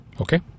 Okay